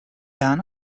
where